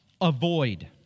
avoid